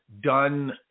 done